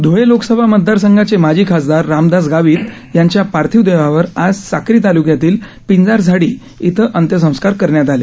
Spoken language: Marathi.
ध्वळे लोकसभा मतदार संघाचे माजी खासदार रामदास गावीत यांच्या पार्थीव देहावर आज साक्री तालुक्यातील पिंजारझाडी इथं अंत्यसंस्कार करण्यात आले